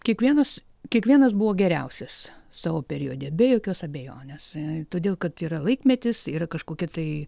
kiekvienus kiekvienas buvo geriausias savo periode be jokios abejones todėl kad yra laikmetis yra kažkokia tai